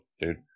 dude